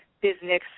Business